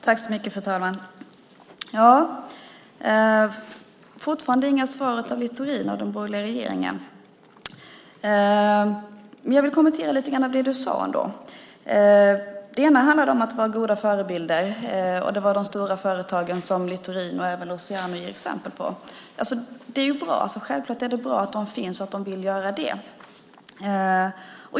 Fru talman! Vi får fortfarande inga svar av Littorin och den borgerliga regeringen. Jag vill kommentera lite grann av det du sade. Det handlade om att vara goda förebilder, och det var de stora företagen som Littorin och även Luciano gav exempel på. Det är ju bra. Självklart är det bra att de finns och vill göra det.